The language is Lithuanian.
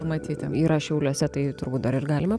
pamatyti yra šiauliuose tai turbūt dar ir galima